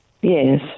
Yes